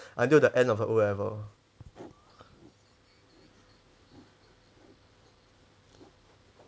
until the end of the O-level